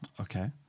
okay